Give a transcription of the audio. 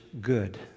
good